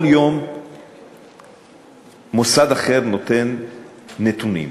כל יום מוסד אחר נותן נתונים.